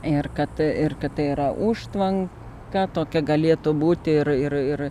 ir kad ir kad tai yra užtvanka tokia galėtų būti ir ir ir